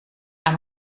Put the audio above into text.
aan